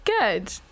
Good